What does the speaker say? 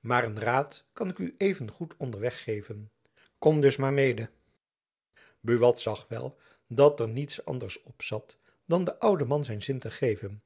maar een raad kan ik u even goed onderweg geven kom dus maar mede jacob van lennep elizabeth musch buat zag wel dat er niet anders opzat dan den ouden man zijn zin te geven